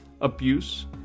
abuse